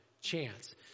chance